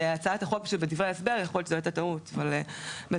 יכול להיות שזו הייתה טעות אבל בדברי